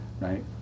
right